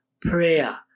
Prayer